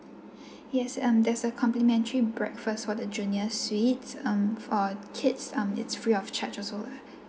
yes um there's a complimentary breakfast for the junior suite um for kids um it's free of charge also lah